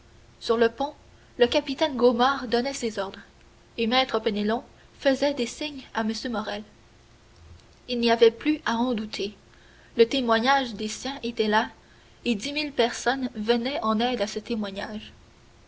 sur le pont le capitaine gaumard donnait ses ordres et maître penelon faisait des signes à m morrel il n'y avait plus à en douter le témoignage des sens était là et dix mille personnes venaient en aide à ce témoignage